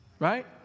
Right